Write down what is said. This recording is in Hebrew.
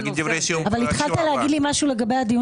אבל התחלת להגיד לי משהו לגבי הדיון